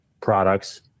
products